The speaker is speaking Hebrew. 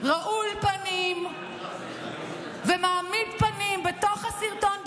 רעול פנים ומעמיד פנים בתוך הסרטון,